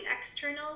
external